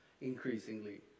increasingly